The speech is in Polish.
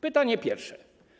Pytanie pierwsze.